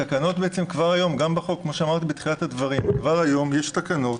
כמו שאמרתי בתחילת הדברים, כבר היום יש תקנות